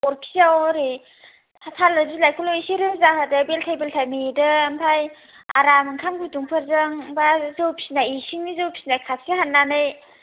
अरखिआव ओरै थालिर बिलाइखौल' एसे रोजा होदो बेलथाय बेलथाय मेदो आमफ्राय आराम ओंखाम गुदुंफोरजों बा जौ फिनाय एसे जौ फिनाय कापसे हाननानै